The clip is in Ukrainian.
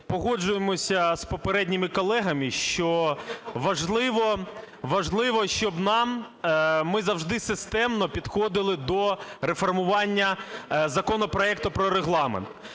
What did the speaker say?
Погоджуємося з попередніми колегами, що важливо, щоб ми завжди системно підходили до реформування законопроекту про Регламент.